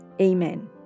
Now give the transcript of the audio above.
Amen